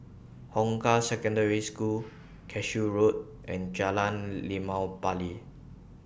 Hong Kah Secondary School Cashew Road and Jalan Limau Bali